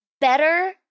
better